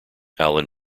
alan